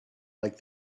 like